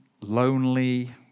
lonely